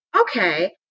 okay